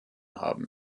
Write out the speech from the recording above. haben